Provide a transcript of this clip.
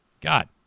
God